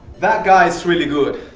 that guy is really good.